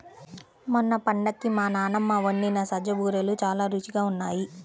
మొన్న పండక్కి మా నాన్నమ్మ వండిన సజ్జ బూరెలు చాలా రుచిగా ఉన్నాయి